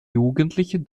jugendlichen